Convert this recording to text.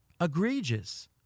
egregious